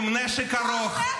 גם אם אני ממש לא מסכימה לך,